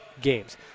games